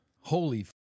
Holy